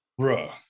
Bruh